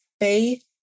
faith